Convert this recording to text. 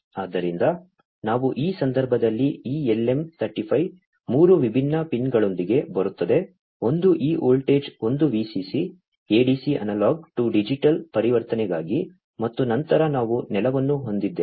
ಆದ್ದರಿಂದ ನಾವು ಈ ಸಂದರ್ಭದಲ್ಲಿ ಈ LM 35 ಮೂರು ವಿಭಿನ್ನ ಪಿನ್ಗಳೊಂದಿಗೆ ಬರುತ್ತದೆ ಒಂದು ಈ ವೋಲ್ಟೇಜ್ ಒಂದು VCC ADC analogue to digital ಪರಿವರ್ತನೆಗಾಗಿ ಮತ್ತು ನಂತರ ನಾವು ನೆಲವನ್ನು ಹೊಂದಿದ್ದೇವೆ